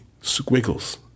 squiggles